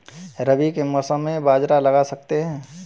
रवि के मौसम में बाजरा लगा सकते हैं?